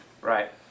Right